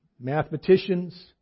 mathematicians